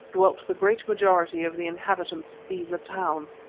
dwelt the great majority of the inhabitants of beza town,